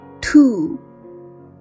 Two